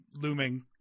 looming